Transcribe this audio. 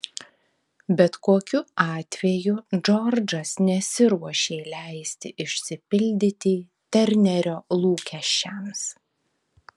bet kokiu atveju džordžas nesiruošė leisti išsipildyti ternerio lūkesčiams